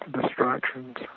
distractions